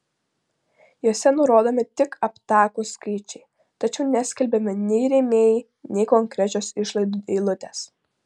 jose nurodomi tik aptakūs skaičiai tačiau neskelbiami nei rėmėjai nei konkrečios išlaidų eilutės